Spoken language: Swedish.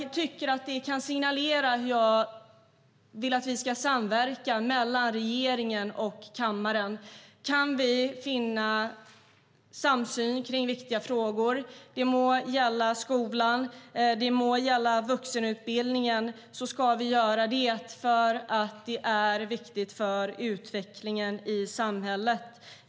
Detta kan signalera hur jag vill att vi ska samverka mellan regeringen och kammaren. Kan vi finna samsyn kring viktiga frågor, det må gälla skolan eller vuxenutbildningen, ska vi göra det, för det är viktigt för utvecklingen i samhället.